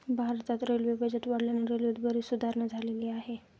भारतात railway budget वाढल्याने रेल्वेत बरीच सुधारणा झालेली आहे